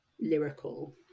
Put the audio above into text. lyrical